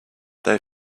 they